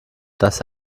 dass